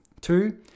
Two